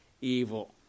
evil